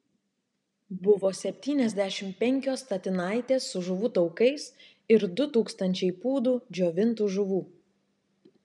buvo septyniasdešimt penkios statinaitės su žuvų taukais ir du tūkstančiai pūdų džiovintų žuvų